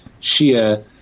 Shia